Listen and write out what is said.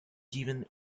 given